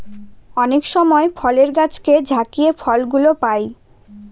অনেক সময় ফলের গাছকে ঝাকিয়ে ফল গুলো পাই